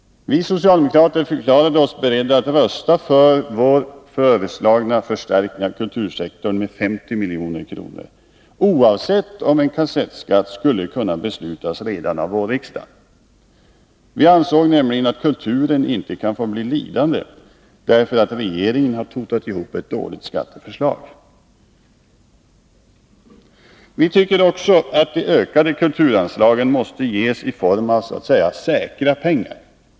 Vi socialdemokrater förklarade oss beredda att rösta för vår föreslagna förstärkning av kultursektorn med 50 milj.kr., oavsett om en kassettskatt skulle kunna beslutas av riksdagen redan under våren. Vi anser att kulturen inte skall bli lidande därför att regeringen har totat ihop ett dåligt skatteförslag. Vi tycker också att de ökade kulturanslagen måste ges i form av säkra pengar.